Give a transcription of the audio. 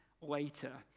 later